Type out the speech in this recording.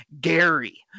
Gary